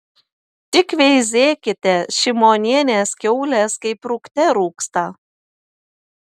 tik veizėkite šimonienės kiaulės kaip rūgte rūgsta